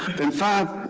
then five